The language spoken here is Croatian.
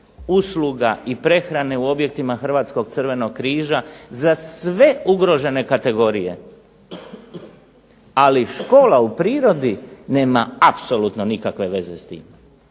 usluga i prehrane u objektima Hrvatskog crvenog križa za sve ugrožene kategorije, ali škola u prirodi nema apsolutno nikakve veze s tim,